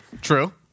True